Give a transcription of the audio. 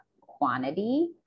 quantity